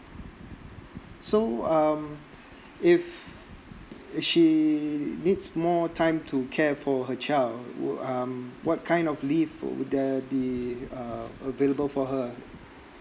so um if if she needs more time to care for her child will um what kind of leave would that be uh available for her